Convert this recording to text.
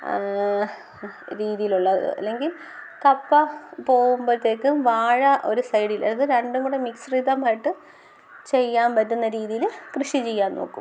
രീതിയിലുള്ള അല്ലെങ്കിൽ കപ്പ പോകുമ്പോഴത്തേക്കും വാഴ ഒരു സൈഡിൽ അതായത് രണ്ടും കൂടി മിശ്രിതമായിട്ടു ചെയ്യാൻ പറ്റുന്ന രീതിയൽ കൃഷി ചെയ്യാൻ നോക്കും